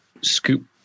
scoop